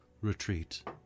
retreat